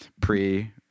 pre